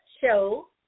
show